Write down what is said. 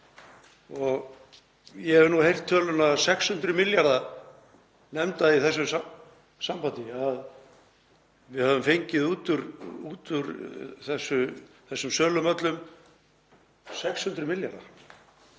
Ég hef heyrt töluna 600 milljarða nefnda í þessu sambandi, að við höfum fengið út úr þessum sölum öllum 600 milljarða.